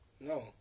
No